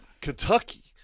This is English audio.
Kentucky